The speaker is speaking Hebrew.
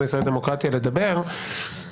הישראלי לדמוקרטיה את רשות הדיבור,